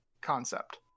concept